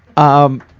um,